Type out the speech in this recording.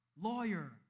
lawyer